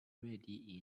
ready